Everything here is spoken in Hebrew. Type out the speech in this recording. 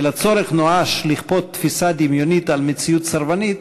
אלא צורך נואש לכפות תפיסה דמיונית על מציאות סרבנית,